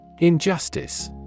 Injustice